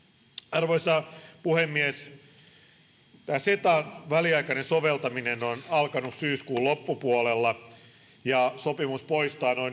arvoisa puhemies tämä cetan väliaikainen soveltaminen on alkanut syyskuun loppupuolella ja sopimus poistaa